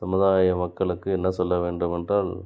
சமுதாய மக்களுக்கு என்ன சொல்ல வேண்டுமென்றால்